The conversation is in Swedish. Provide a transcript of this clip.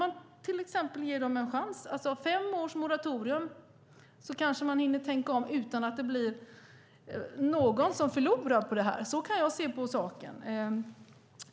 Då skulle man kanske ge dem en chans. Med fem års moratorium kanske man hinner tänka om utan att det blir någon som förlorar på det här. Så kan jag se på saken.